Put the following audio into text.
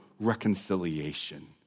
reconciliation